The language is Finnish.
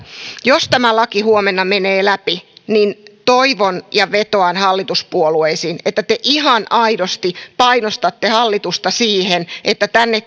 jos tämä laki huomenna menee läpi niin toivon ja vetoan hallituspuolueisiin että te ihan aidosti painostatte hallitusta siihen että tänne